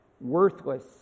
worthless